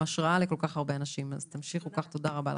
תודה רבה.